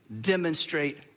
demonstrate